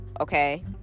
okay